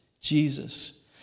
Jesus